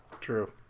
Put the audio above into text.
true